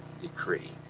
decree